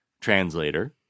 translator